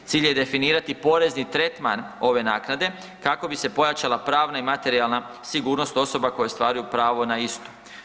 Cilj je definirati porezni tretman ove naknade kako bi se pojačala pravna i materijalna sigurnost osoba koje ostvaruju pravo na istu.